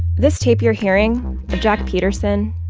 this tape you're hearing of jack peterson,